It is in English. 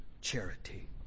charity